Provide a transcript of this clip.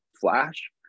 flash